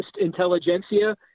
intelligentsia